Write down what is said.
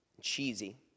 cheesy